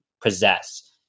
possess